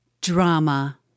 Drama